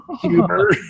humor